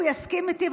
הוא יסכים איתי,